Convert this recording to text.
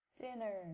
Dinner